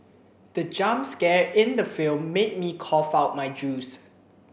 the jump scare in the film made me cough out my juice